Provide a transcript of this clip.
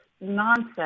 nonsense